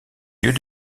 yeux